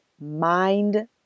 mind